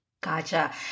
Gotcha